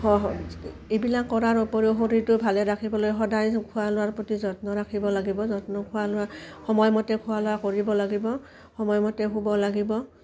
সহ এইবিলাক কৰাৰ উপৰিও শৰীৰটো ভালে ৰাখিবলৈ সদায় খোৱা লোৱাৰ প্ৰতি যত্ন ৰাখিব লাগিব যত্ন খোৱা লোৱা সময়মতে খোৱা লোৱা কৰিব লাগিব সময়মতে শুব লাগিব